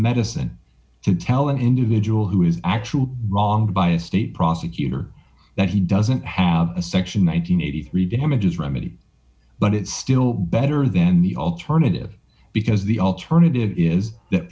medicine to tell an individual who is actually wrong by a state prosecutor that he doesn't have a section one hundred and eighty three damages remedy but it's still better than the alternative because the alternative is that